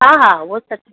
हा हा उहो त